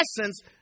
essence